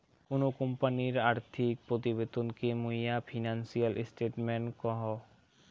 কোনো কোম্পানির আর্থিক প্রতিবেদন কে মুইরা ফিনান্সিয়াল স্টেটমেন্ট কহু